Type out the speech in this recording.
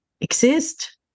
exist